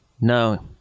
no